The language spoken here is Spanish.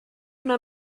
una